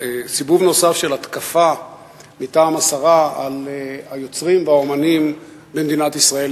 בסיבוב נוסף של התקפה מטעם השרה על היוצרים והאמנים במדינת ישראל,